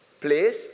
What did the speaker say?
place